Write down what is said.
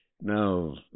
Now